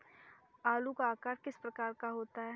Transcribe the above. आलू का आकार किस प्रकार का होता है?